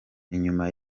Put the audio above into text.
inyuma